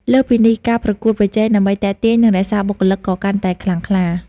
លើសពីនេះ ការប្រកួតប្រជែងដើម្បីទាក់ទាញ និងរក្សាបុគ្គលិក ក៏កាន់តែខ្លាំងក្លា។